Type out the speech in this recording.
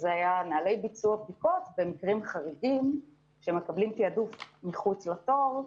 שזה היה נוהלי ביצוע בדיקות במקרים חריגים שמקבלים תיעדוף מחוץ לתור,